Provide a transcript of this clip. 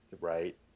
right